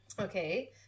Okay